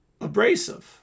Abrasive